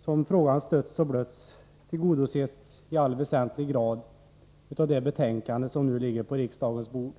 som frågan stötts och blötts tillgodoses i allt väsentligt genom det betänkande som nu ligger på riksdagens bord.